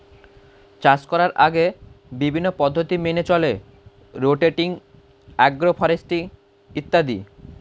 চাষ করার আগে বিভিন্ন পদ্ধতি মেনে চলে রোটেটিং, অ্যাগ্রো ফরেস্ট্রি ইত্যাদি